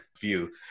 view